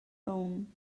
home